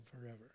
forever